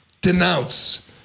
denounce